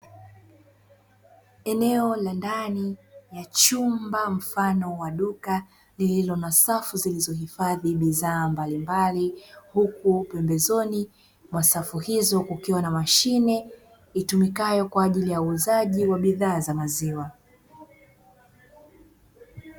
Eneo la ndani ya chumba mfano wa duka lililo na safu zilizohifadhi bidhaa mbalimbali, huku pembezoni mwa safu hizo kukiwa na mashine itumikayo kwa ajili ya uuzaji wa bidhaa za maziwa.